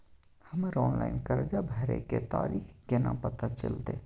हमर ऑनलाइन कर्जा भरै के तारीख केना पता चलते?